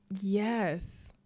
Yes